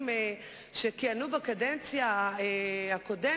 כאשר פינו אנשים מבתיהם,